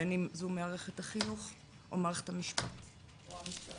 בין אם זו מערכת החינוך או מערכת המשפט או המשטרה,